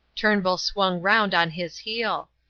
turnbull swung round on his heel.